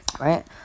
Right